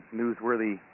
newsworthy